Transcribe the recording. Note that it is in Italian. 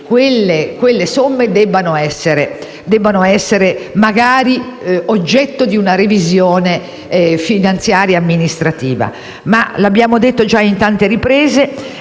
del fatto che debbano essere oggetto di una revisione finanziaria e amministrativa. Lo abbiamo detto già in tante riprese